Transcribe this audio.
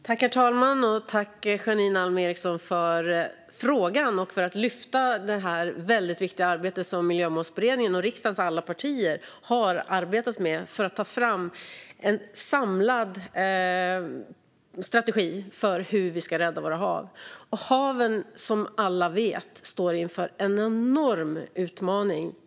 Herr talman! Tack, Janine Alm Ericson, för frågan och för att du lyfter det väldigt viktiga arbete som Miljömålsberedningen och riksdagens alla partier har gjort för att ta fram en samlad strategi för hur vi ska rädda våra hav. Haven står, som alla vet, inför en enorm utmaning.